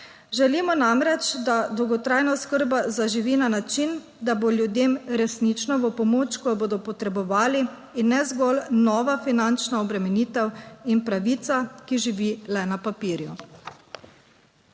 Želimo namreč, da dolgotrajna oskrba zaživi na način, da bo ljudem resnično v pomoč, ko jo bodo potrebovali in ne zgolj nova finančna obremenitev in pravica, ki živi le na papirju.